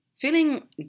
Feeling